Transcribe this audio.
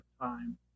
time